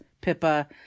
Pippa